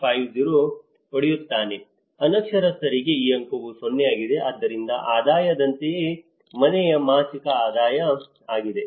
50 ಪಡೆಯುತ್ತಾನೆ ಅನಕ್ಷರಸ್ಥರಿಗೆ ಈ ಅಂಕವು 0 ಆಗಿದೆ ಆದ್ದರಿಂದ ಆದಾಯದಂತೆಯೇ ಮನೆಯ ಮಾಸಿಕ ಆದಾಯ ಆಗಿದೆ